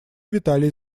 виталий